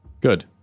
Good